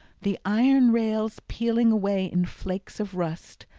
the iron rails peeling away in flakes of rust,